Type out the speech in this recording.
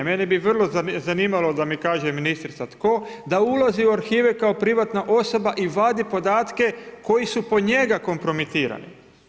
Mene bi vrlo zanimalo da mi kaže ministrica tko, da ulazi u arhive kao privatna osoba i vadi podatke koji su po njega kompromitirani.